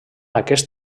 aquests